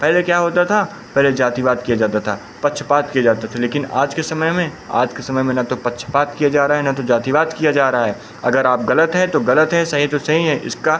पहले क्या होता था पहले जातिवाद किया जाता था पक्षपात किए जाते थे लेकिन आज के समय में आज के समय में ना तो पक्षपात किया जा रहा है ना तो जातिवाद किया जा रहा है अगर आप ग़लत हैं तो ग़लत हैं सही हैं तो सही हैं इसका